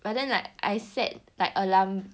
but then like I set like alarm